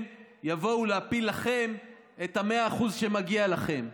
יבואו להפיל לכם את ה-100% שמגיע לכם.